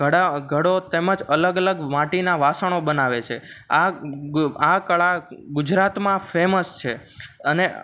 ઘડા ઘડો તેમજ અલગ અલગ માટીના વાસણો બનાવે છે આ આ કળા ગુજરાતમાં ફેમસ છે અને